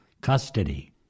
custody